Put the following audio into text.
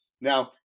Now